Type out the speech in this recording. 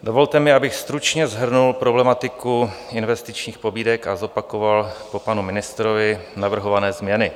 Dovolte mi, abych stručně shrnul problematiku investičních pobídek a zopakoval po panu ministrovi navrhované změny.